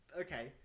Okay